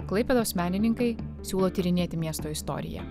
klaipėdos menininkai siūlo tyrinėti miesto istoriją